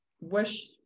wish